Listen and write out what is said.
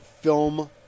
film